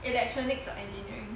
electronics or engineering